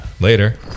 Later